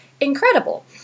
incredible